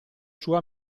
sua